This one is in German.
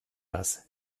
das